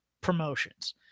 promotions